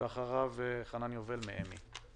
ואחריו חנן יובל מאמ"י.